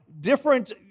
different